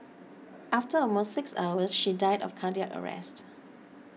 after almost six hours she died of cardiac arrest